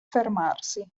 fermarsi